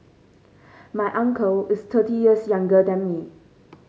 my uncle is thirty years younger than me